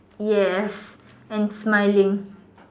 yes and smiling